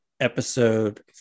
episode